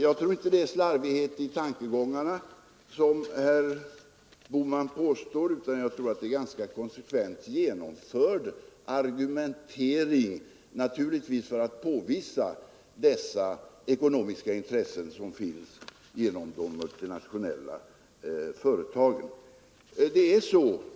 Jag tror inte det är slarvighet i tankegångarna, som herr Bohman påstår, utan jag tror att det är en ganska konsekvent genomförd argumentering, naturligtvis för att påvisa dessa ekonomiska intressen som finns genom de multinationella företagen.